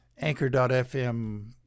anchor.fm